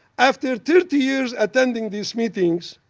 after thirty years attending these meetings,